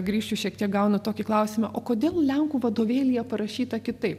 grįšiu šiek tiek gaunu tokį klausimą o kodėl lenkų vadovėlyje parašyta kitaip